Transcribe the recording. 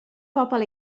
bobol